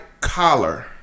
Collar